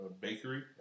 bakery